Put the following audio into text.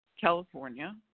California